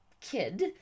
kid